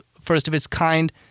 first-of-its-kind